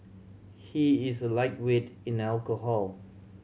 he is a lightweight in alcohol